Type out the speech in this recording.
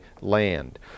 land